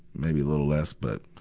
maybe a little less. but,